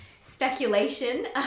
speculation